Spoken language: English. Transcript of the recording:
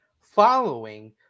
following